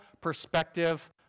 perspective